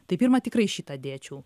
tai pirma tikrai šitą dėčiau